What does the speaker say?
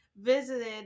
visited